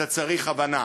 אתה צריך הבנה.